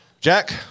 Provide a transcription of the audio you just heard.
Jack